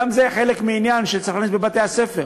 וגם זה חלק מעניין שצריך להכניס לבתי-הספר,